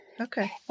Okay